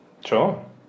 Sure